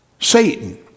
Satan